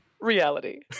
reality